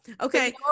Okay